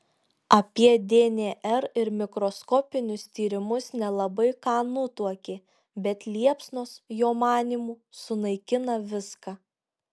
apie dnr ir mikroskopinius tyrimus nelabai ką nutuokė bet liepsnos jo manymu sunaikina viską